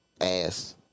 ass